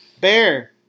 Bear